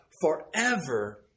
forever